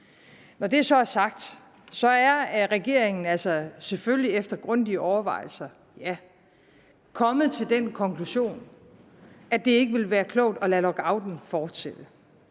Når det så er sagt, er regeringen altså selvfølgelig efter grundige overvejelser kommet til den konklusion, at det ikke ville være klogt at lade lockouten fortsætte,